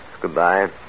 Goodbye